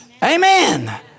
Amen